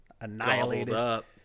annihilated